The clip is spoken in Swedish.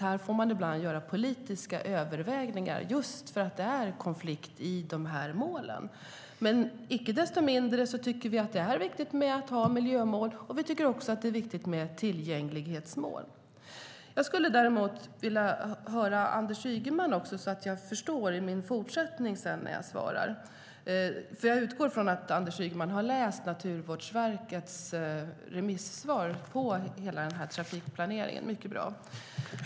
Här får man ibland göra politiska avvägningar just för att det är konflikt i målen. Icke desto mindre tycker vi att det är viktigt att ha miljömål, och vi tycker också att det är viktigt med tillgänglighetsmål. Här skulle jag vilja höra vad Anders Ygeman har att säga, så att jag förstår honom rätt i vår fortsatta debatt. Jag utgår från att Anders Ygeman har läst Naturvårdsverkets remissvar på hela trafikplaneringen. Det är mycket bra.